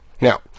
Now